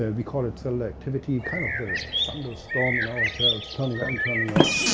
ah we call it selectivity, kind of the thunderstorm in ourselves, turning on, turning off,